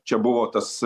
čia buvo tas